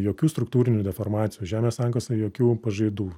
jokių struktūrinių deformacijų žemės sankasa jokių pažaidų